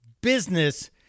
business